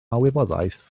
wybodaeth